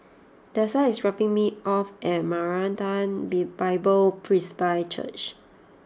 Dessa is dropping me off at Maranatha Bible Presby Church